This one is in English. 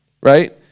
Right